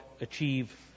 achieve